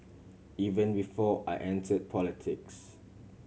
even before I entered politics